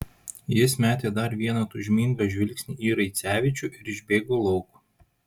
jis metė dar vieną tūžmingą žvilgsnį į raicevičių ir išbėgo lauk